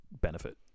benefit